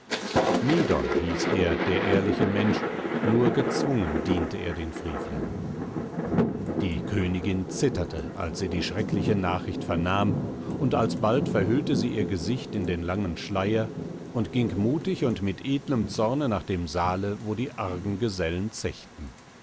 medon hieß er der ehrliche mensch nur gezwungen diente er den frevlern die königin zitterte als sie die schreckliche nachricht vernahm und alsbald verhüllte sie ihr gesicht in den langen schleier und ging mutig und mit edlem zorne nach dem saale wo die argen gesellen zechten